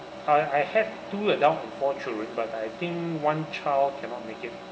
uh I had two adult and four children but I think one child cannot make it